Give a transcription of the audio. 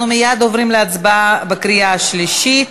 אנחנו עוברים מייד להצבעה בקריאה שלישית.